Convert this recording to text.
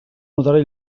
notari